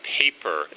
paper